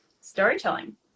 storytelling